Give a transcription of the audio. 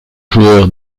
joueur